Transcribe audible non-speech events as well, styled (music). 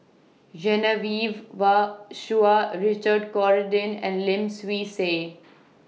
Genevieve (unintelligible) Chua Richard Corridon and Lim Swee Say